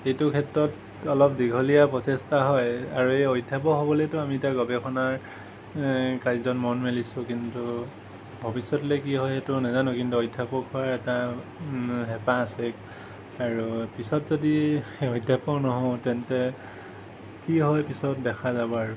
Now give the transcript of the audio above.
এইটো ক্ষেত্ৰত অলপ দীঘলীয়া প্ৰচেষ্টা হয় আৰু এই অধ্য়াপক হ'বলৈয়েতো আমি এতিয়া গৱেষণাৰ কাৰ্যত মন মেলিছোঁ কিন্তু ভৱিষ্য়তলৈ কি হয় নাজানো কিন্তু অধ্য়াপক হোৱাৰ এটা হেঁপাহ আছে আৰু পিছত যদি শেহতীয়াকৈও নহওঁ তেন্তে কি হয় পিছত দেখা যাব আৰু